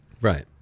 Right